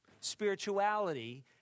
Spirituality